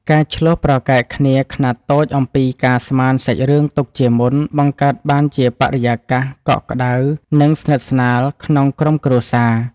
ការឈ្លោះប្រកែកគ្នាខ្នាតតូចអំពីការស្មានសាច់រឿងទុកជាមុនបង្កើតបានជាបរិយាកាសកក់ក្ដៅនិងស្និទ្ធស្នាលក្នុងក្រុមគ្រួសារ។